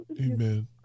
Amen